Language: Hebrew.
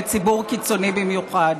לציבור קיצוני במיוחד.